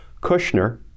Kushner